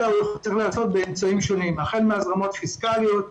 אלא הוא צריך להיעשות באמצעים שונים: החל מהזרמות פיסקליות,